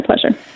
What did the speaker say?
pleasure